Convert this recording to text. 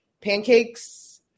Pancakes